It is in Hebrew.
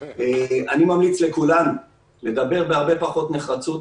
אני ממליץ לכולם לדבר בהרבה פחות נחרצות,